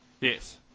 Yes